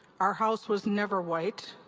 our house was never white.